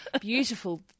beautiful